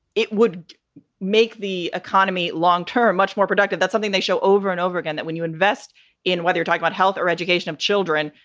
it would make the economy long term much more productive. that's something they show over and over again, that when you invest in weather, talk about health or education of children,